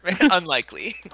unlikely